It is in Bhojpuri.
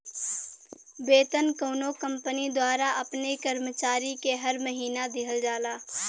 वेतन कउनो कंपनी द्वारा अपने कर्मचारी के हर महीना दिहल जाला